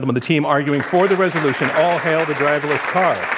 um the team arguing for the resolution all hail the driverless car.